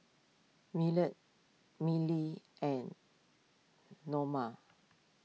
Millie and Neoma